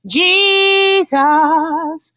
jesus